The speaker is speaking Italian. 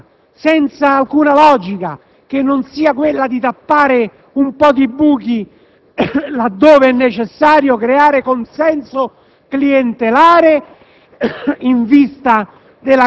prebende a destra e a manca, senza alcuna logica che non sia quella di tappare un po' di buchi laddove è necessario creare consenso clientelare,